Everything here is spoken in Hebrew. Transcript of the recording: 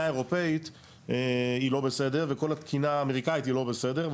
האירופאית היא לא בסדר וכל התקינה האמריקאית היא לא בסדר,